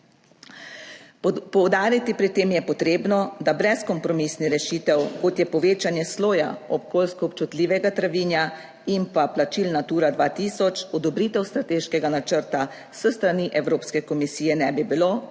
Poudariti pri tem je potrebno, da brezkompromisni rešitev kot je povečanje sloja okoljsko občutljivega travinja in pa plačil Natura 2000 odobritev strateškega načrta s strani Evropske komisije ne bi bilo